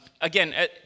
again